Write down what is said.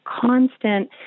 constant